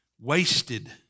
wasted